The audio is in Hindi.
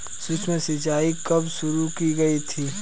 सूक्ष्म सिंचाई कब शुरू की गई थी?